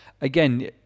again